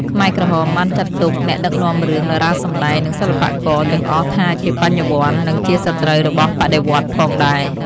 ខ្មែរក្រហមបានចាត់ទុក អ្នកដឹកនាំរឿង តារាសម្តែង និងសិល្បករ ទាំងអស់ថាជាបញ្ញវន្ត និងជាសត្រូវរបស់បដិវត្តន៍ផងដែរ។